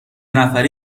نفری